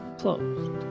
closed